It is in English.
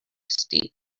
steep